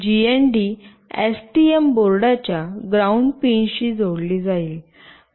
GND STM बोर्डाच्या ground पिनशी जोडली जाईल